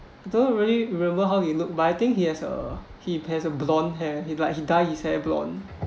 don't really remember how he look but I think he has a he has a blonde hair he like he dye his hair blonde